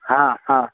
ह ह